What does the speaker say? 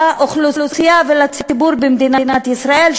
לאוכלוסייה ולציבור במדינת ישראל,